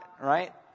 right